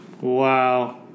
Wow